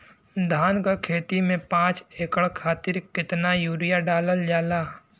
धान क खेती में पांच एकड़ खातिर कितना यूरिया डालल जाला?